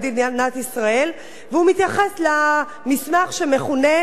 והוא מתייחס למסמך שמכונה "מכתב הרבנים".